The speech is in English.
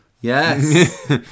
Yes